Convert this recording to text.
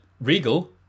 Regal